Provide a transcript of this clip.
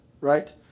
right